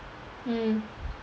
mm